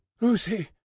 Lucy